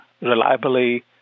reliably